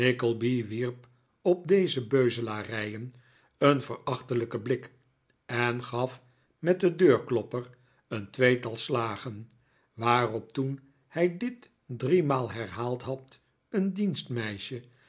wierp op deze beuzelarijen een verachtelijken blik en gaf met den deurklopper een tweetal slagen waarop toen hij dit driemaal herhaald had een